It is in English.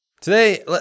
Today